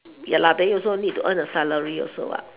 ya then you also need to earn a salary also what